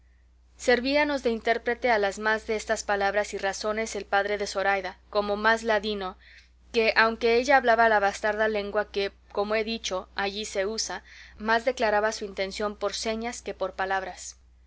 verdad servíanos de intérprete a las más de estas palabras y razones el padre de zoraida como más ladino que aunque ella hablaba la bastarda lengua que como he dicho allí se usa más declaraba su intención por señas que por palabras